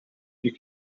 you